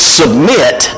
submit